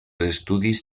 estudis